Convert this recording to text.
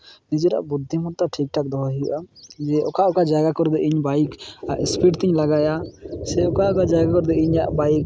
ᱱᱤᱡᱮᱨᱟᱜ ᱵᱩᱫᱽᱫᱷᱤᱢᱚᱛᱛᱟ ᱴᱷᱤᱠᱼᱴᱷᱟᱠ ᱫᱚᱦᱚᱭ ᱦᱩᱭᱩᱜᱼᱟ ᱤᱭᱟᱹ ᱚᱠᱟ ᱚᱠᱟ ᱡᱟᱭᱜᱟ ᱠᱚᱨᱮ ᱫᱚ ᱤᱧ ᱵᱟᱭᱤᱠ ᱤᱥᱯᱤᱰᱛᱮᱧ ᱞᱟᱜᱟᱭᱟ ᱥᱮ ᱚᱠᱟ ᱚᱠᱟ ᱡᱟᱭᱜᱟ ᱨᱮᱫᱚ ᱤᱧᱟᱹᱜ ᱵᱟᱭᱤᱠ